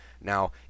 Now